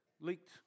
leaked